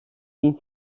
bin